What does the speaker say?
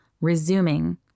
resuming